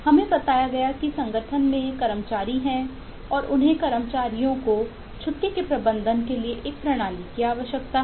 हमें बताया गया कि संगठन में कर्मचारी हैं और उन्हें अपने कर्मचारियों की छुट्टी के प्रबंधन के लिए एक प्रणाली की आवश्यकता है